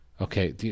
Okay